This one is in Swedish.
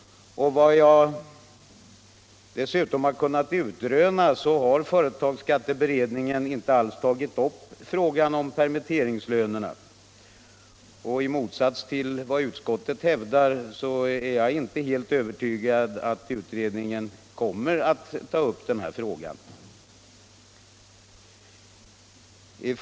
Enligt vad jag dessutom kunnat utröna har företagsskatteberedningen inte alls tagit upp frågan om permitteringslönerna, och i motsats till utskottet är jag inte helt övertygad om att utredningen kommer att ta upp den här frågan.